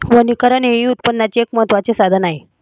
वनीकरण हेही उत्पन्नाचे एक महत्त्वाचे साधन आहे